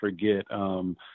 forget –